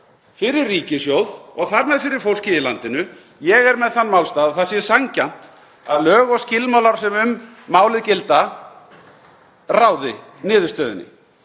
fyrir ríkissjóð og þar með fyrir fólkið í landinu. Ég er með þann málstað að það sé sanngjarnt að lög og skilmálar sem um málið gilda ráði niðurstöðunni